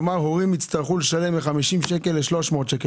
כלומר הורים יצטרכו לשלם מ-50 שקל ל-300 שקל,